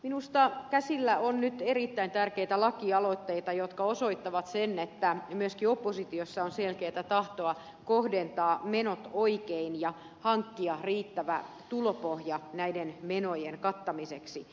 minusta käsillä on nyt erittäin tärkeitä lakialoitteita jotka osoittavat sen että myöskin oppositiossa on selkeätä tahtoa kohdentaa menot oikein ja hankkia riittävä tulopohja näiden menojen kattamiseksi